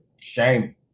Shame